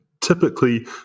typically